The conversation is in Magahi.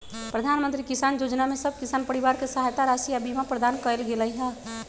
प्रधानमंत्री किसान जोजना में सभ किसान परिवार के सहायता राशि आऽ बीमा प्रदान कएल गेलई ह